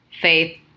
faith